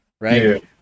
right